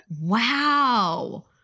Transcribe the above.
Wow